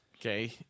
Okay